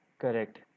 Correct